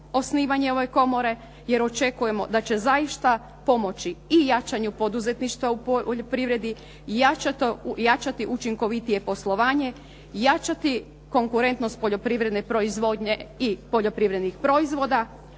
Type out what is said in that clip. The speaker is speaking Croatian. osnivanje ove komore jer očekujemo da će zaista pomoći i jačanju poduzetništva u poljoprivredi i jačati učinkovitije poslovanje, jačati konkurentnost poljoprivredne proizvodnje i poljoprivrednih proizvoda,